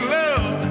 love